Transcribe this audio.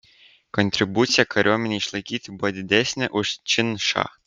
kontribucija kariuomenei išlaikyti buvo didesnė už činšą